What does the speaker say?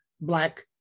Black